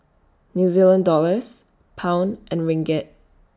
New Zealand Dollars Pound and Ringgit